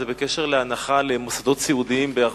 שזה בקשר להנחה למוסדות סיעודיים בארנונה.